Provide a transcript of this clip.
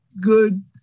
good